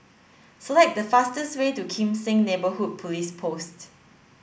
select the fastest way to Kim Seng Neighbourhood Police Post